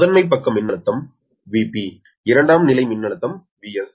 முதன்மை பக்க மின்னழுத்தம் Vp இரண்டாம் நிலை மின்னழுத்தம் Vs